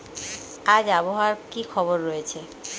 আজ আবহাওয়ার কি খবর রয়েছে?